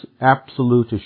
absolute